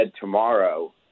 tomorrow